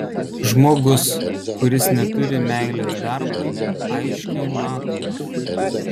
žmogus kuris neturi meilės darbui aiškiai matomas